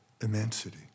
immensity